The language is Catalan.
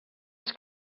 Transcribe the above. als